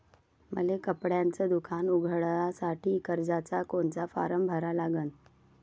मले कपड्याच दुकान उघडासाठी कर्जाचा कोनचा फारम भरा लागन?